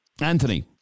Anthony